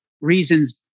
reasons